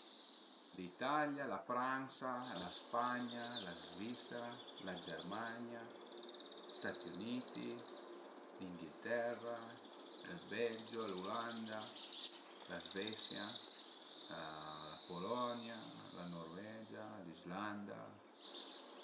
L'Italia, la Fransa, la Spgna, la Zvisera, la Germania, Stati Uniti, l'Inghilterra, ël Belgio, l'Ulanda, la Zvesia, la Polonia, la Norvegia, l'Islanda